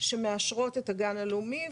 שמאשרות את הגן הלאומי.